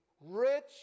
rich